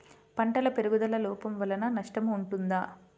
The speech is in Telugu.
పంటల పెరుగుదల లోపం వలన నష్టము ఉంటుందా?